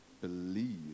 believe